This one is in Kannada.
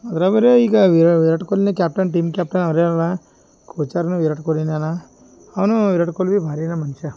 ಅದ್ರಗೆ ಬರೆ ಈಗ ವೀರ ವಿರಾಟ್ ಕೊಹ್ಲಿನೆ ಕ್ಯಾಪ್ಟನ್ ಟೀಮ್ ಕ್ಯಾಪ್ಟನ್ ಅವ್ರೆಯವ ಕೊಚೆರ್ನು ವಿರಾಟ್ ಕೊಹ್ಲಿನೆನ ಅವ್ನು ವಿರಾಟ್ ಕೊಹ್ಲಿ ಭಾರಿ ಅದ ಮನುಷ್ಯ